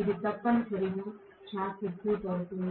ఇది తప్పనిసరిగా short circuit అవుతుంది